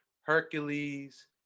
Hercules